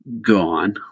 gone